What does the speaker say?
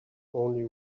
only